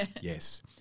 Yes